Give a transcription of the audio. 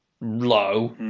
low